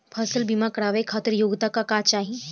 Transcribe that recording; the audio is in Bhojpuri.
फसल बीमा करावे खातिर योग्यता का चाही?